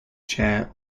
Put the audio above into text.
chair